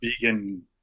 vegan